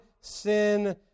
sin